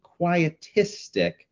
quietistic